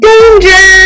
Danger